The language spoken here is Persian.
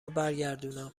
برگردونم